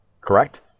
correct